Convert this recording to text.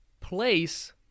place